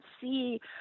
see